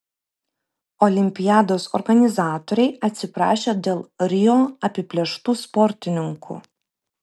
olimpiados organizatoriai atsiprašė dėl rio apiplėštų sportininkų